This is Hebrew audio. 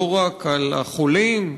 לא רק על החולים,